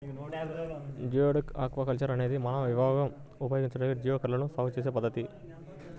geoduck aquaculture అనేది మానవ వినియోగం కోసం జియోడక్లను సాగు చేసే పద్ధతి